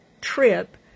trip